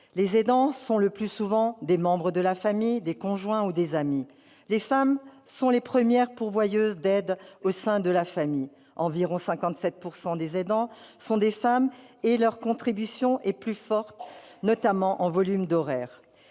Les aidants sont le plus souvent des membres de la famille, des conjoints ou des amis. Les femmes sont les premières pourvoyeuses d'aide au sein de la famille : environ 57 % des aidants sont des femmes, et leur contribution est plus forte, notamment en volume horaire.